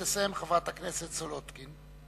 תסיים חברת הכנסת סולודקין.